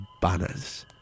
banners